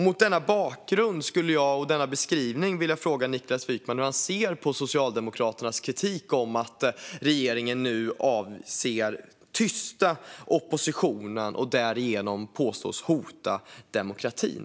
Mot bakgrund av denna beskrivning skulle jag vilja fråga Niklas Wykman hur han ser på Socialdemokraternas kritik och påstående att regeringen nu avser att tysta oppositionen och därigenom hotar demokratin.